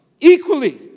Equally